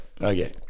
Okay